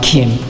Kim